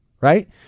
right